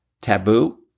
Taboo